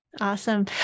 Awesome